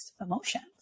emotions